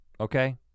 okay